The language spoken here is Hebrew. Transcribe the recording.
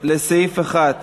על סעיף 1,